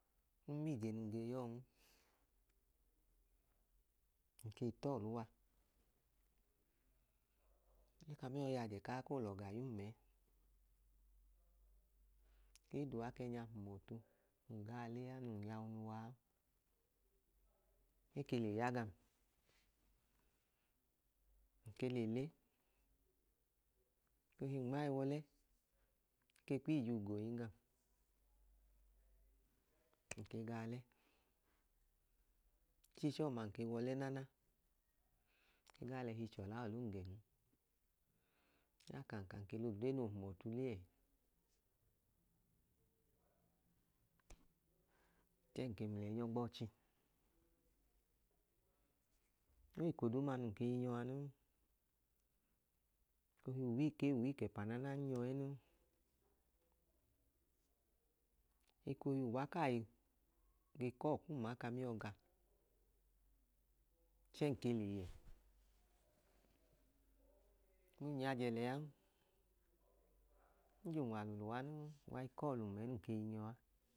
Num ma ije num ge ya ọọn, ng ke i ta ọlẹ uwa. E ka ami ọọ yajẹ ku aa koo lẹ ọga yum ẹ. Ng ke i da uwa ka ẹẹnya hum ọtu, num gaa le a, num yiyawu nu wa a. E ke le ya gam, ng ke le le. Ekohi, ng nma i wa ọlẹ, e ke kwu ije ugoyin gam. G ka ga ọlẹ. Ẹchi ọma, ng keg a ọlẹ naana, ng gaa lẹ ẹhi chọla ọlẹ um gẹn. Ng gaa ka, ng ka ng ke lẹ odre noo hum ọtu le ẹẹ. Chẹẹ ng ke mlẹnyọ gba ọchi. O wẹ eko duuma num ke i nyọ a noo. Ohi uwiiki ee, uwiiki ẹpa, ng nyọ ẹ noo. Ekohi uwa kaa ge kọlu kum a ka amiyọ keg a. Chẹẹ ng ke le yẹ. Abum yajẹ lẹ an. Ng je unwalu lẹ uwa noon, uwa i kọlu um nẹ um i nyọ a.